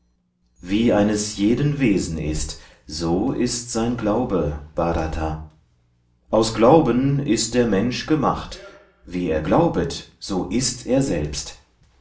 wie eines jeden wesen ist so ist sein glaube bhrata aus glauben ist der mensch gemacht wie er glaubet so ist er selbst